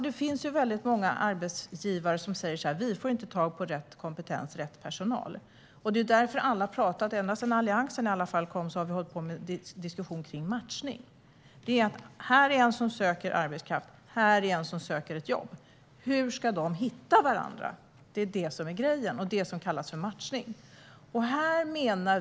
Det finns väldigt många arbetsgivare som säger: Vi får inte tag på rätt kompetens och rätt personal. I alla fall ända sedan Alliansen kom har vi haft en diskussion kring matchning. Här är en som söker arbetskraft. Här är en som söker ett jobb. Hur ska de hitta varandra? Det är det som är grejen, och det är det som kallas för matchning.